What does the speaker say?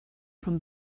from